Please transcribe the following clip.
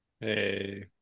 hey